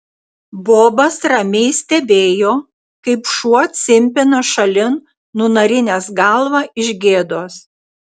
bobas ramiai stebėjo kaip šuo cimpina šalin nunarinęs galvą iš gėdos